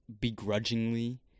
begrudgingly